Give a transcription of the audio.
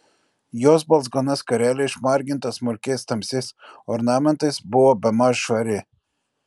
jos balzgana skarelė išmarginta smulkiais tamsiais ornamentais buvo bemaž švari